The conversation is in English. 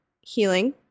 healing